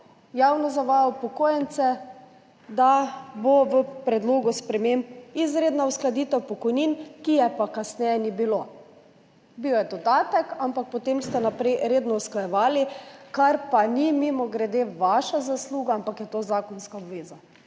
javno zavajala upokojence, da bo v predlogu sprememb izredna uskladitev pokojnin, ki je pa kasneje ni bilo. Bil je dodatek, ampak potem ste naprej redno usklajevali, kar pa, mimogrede, ni vaša zasluga, ampak je to zakonska obveza.